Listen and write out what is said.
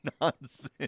nonsense